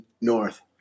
North